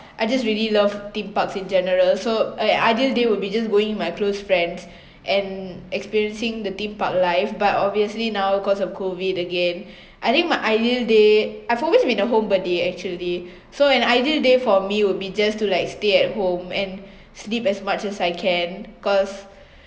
I just really love theme parks in general so an ideal day would be just going with my close friends and experiencing the theme park life but obviously now cause of COVID again I think my ideal day I've always been a homebody actually so an ideal day for me would be just to like stay at home and sleep as much as I can cause